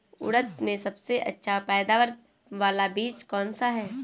उड़द में सबसे अच्छा पैदावार वाला बीज कौन सा है?